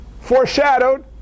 foreshadowed